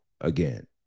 again